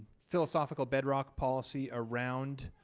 philosophical bedrock policy around